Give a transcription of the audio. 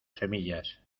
semillas